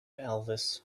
elvis